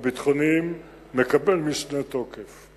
הביטחוניים מקבל משנה תוקף.